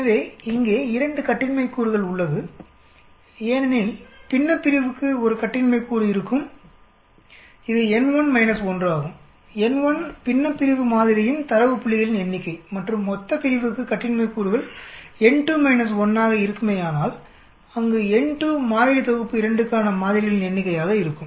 எனவே இங்கே 2 கட்டின்மை கூறுகள் உள்ளது ஏனெனில் பின்னப்பிரிவுக்கு 1 கட்டின்மை கூறு இருக்கும் இது n1 1 ஆகும் n1 பின்னப்பிரிவு மாதிரியின் தரவு புள்ளிகளின் எண்ணிக்கை மற்றும் மொத்தப்பிரிவுக்கு கட்டின்மை கூறுகள் n2 1ஆக இருக்குமேயானால் அங்கு n2 மாதிரி தொகுப்பு 2 க்கான மாதிரிகளின் எண்ணிக்கையாக இருக்கும்